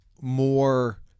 more